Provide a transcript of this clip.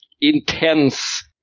intense